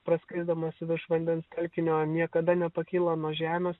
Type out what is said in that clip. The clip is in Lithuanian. praskrisdamas virš vandens telkinio niekada nepakyla nuo žemės